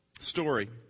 story